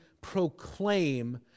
proclaim